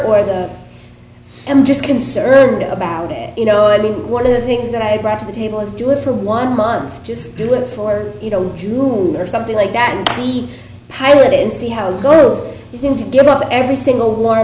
or the i'm just concerned about it you know i mean one of the things that i brought to the table is do it for one month just do it for you know rule or something like that and we piloted see how the girls seem to get up every single